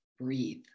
breathe